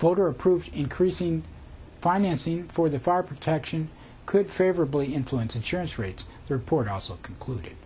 voter approved increasing financing for the fire protection could favorably influence insurance rates the report also concluded